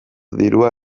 dirua